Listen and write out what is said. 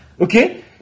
Okay